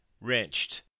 wrenched